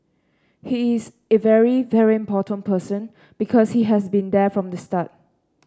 he is a very very important person because he has been there from the start